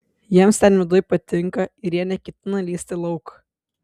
jiems ten viduj patinka ir jie neketina lįsti lauk